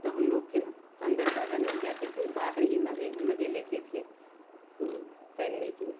तो हम लोग फ़िर अंदर ज़्यादा नहीं जाते थे बाहर ही मज़े मज़े लेते थे तैरने के